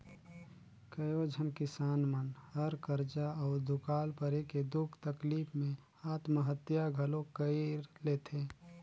कयोझन किसान मन हर करजा अउ दुकाल परे के दुख तकलीप मे आत्महत्या घलो कइर लेथे